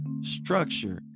structure